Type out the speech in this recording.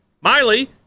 Miley